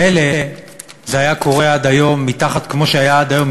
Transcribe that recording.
מילא זה היה קורה כמו שהיה עד היום,